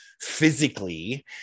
physically